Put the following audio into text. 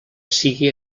sigui